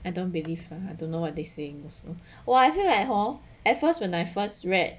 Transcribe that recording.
I don't believe ah I don't know what they saying also !wah! I feel like hor at first when I first read